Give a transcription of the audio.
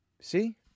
See